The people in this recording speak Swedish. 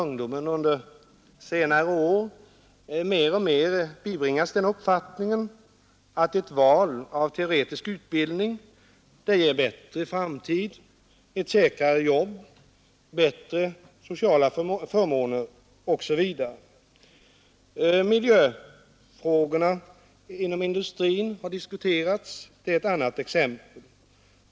Ungdomen har under senare år mer och mer bibringats uppfattningen att ett val av teoretisk utbildning ger en bättre framtid, säkrare jobb, bättre sociala förmåner osv. Miljöfrågorna inom industrin har diskuterats — det är ett annat skäl.